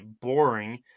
boring